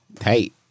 hey